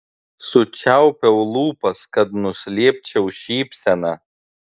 sučiaupiau lūpas kad nuslėpčiau šypseną